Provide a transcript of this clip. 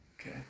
okay